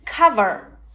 Cover